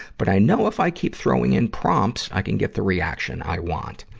but i know if i keep throwing in prompts, i can get the reaction i want.